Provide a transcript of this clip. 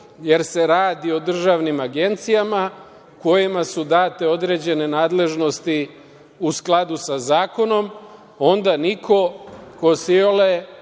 jer se radi o državnim agencijama kojima su date određene nadležnosti u skladu sa zakonom, onda niko ko se iole